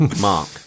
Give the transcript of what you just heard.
Mark